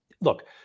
look